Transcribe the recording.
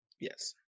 Yes